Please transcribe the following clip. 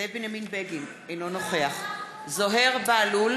זאב בנימין בגין, אינו נוכח זוהיר בהלול,